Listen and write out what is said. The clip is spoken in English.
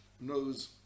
knows